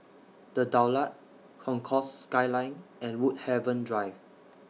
The Daulat Concourse Skyline and Woodhaven Drive